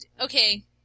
okay